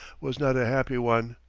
was not a happy one.